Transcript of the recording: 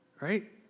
right